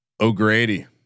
O'Grady